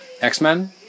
X-Men